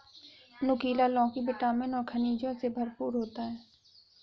नुकीला लौकी विटामिन और खनिजों से भरपूर होती है